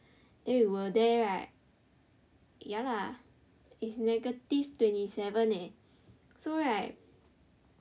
eh you were there right ya lah it's negative twenty seven leh so right